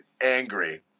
angry